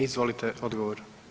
Izvolite odgovor.